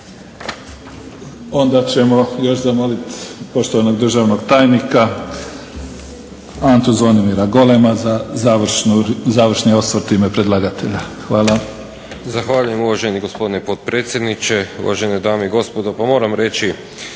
Onda ćemo još zamoliti poštovanog državnog tajnika Antu Zvonimira Golema na završni osvrt u ime predlagatelja. Izvolite. **Golem, Ante Zvonimir** Zahvaljujem. Uvaženi gospodine potpredsjedniče, uvažene dame i gospodo.